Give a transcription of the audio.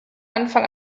anfang